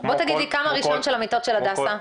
בוא תגיד לי כמה הרישיון של המיטות של הדסה,